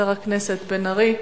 אחריו, חבר הכנסת בן-ארי.